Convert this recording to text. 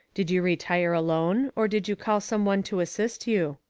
did you retire alone or did you call some one to assist you?